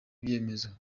ibyemezo